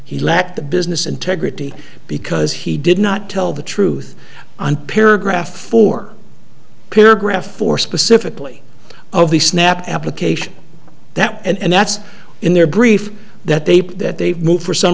he lacked the business integrity because he did not tell the truth on paragraph four paragraph four specifically of the snap application that and that's in their brief that they put that they've moved for s